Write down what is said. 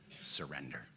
surrender